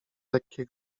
lekkie